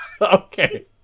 Okay